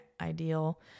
ideal